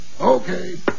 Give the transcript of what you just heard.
okay